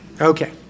Okay